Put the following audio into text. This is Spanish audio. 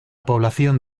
población